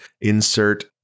insert